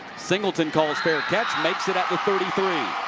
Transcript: singleton calls fair catch. makes it at the thirty three.